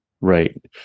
Right